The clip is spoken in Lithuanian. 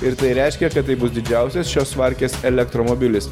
ir tai reiškia kad tai bus didžiausias šios markės elektromobilis